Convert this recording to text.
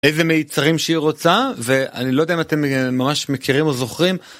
איזה מיצרים שהיא רוצה, ואני לא יודע אם אתם ממש מכירים או זוכרים,